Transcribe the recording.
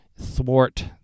thwart